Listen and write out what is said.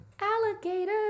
Alligator